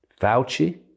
Fauci